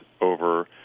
over